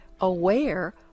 aware